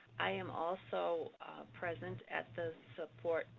i am also present at the support